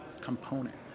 component